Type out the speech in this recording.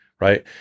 Right